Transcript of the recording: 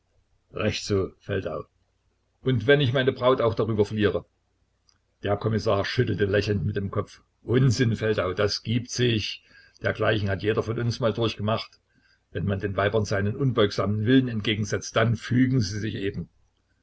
recht so feldau und wenn ich meine braut auch darüber verliere der kommissar schüttelte lächelnd mit dem kopf unsinn feldau das gibt sich dergleichen hat jeder von uns mal durchgemacht wenn man den weibern seinen unbeugsamen willen entgegensetzt dann fügen sie sich eben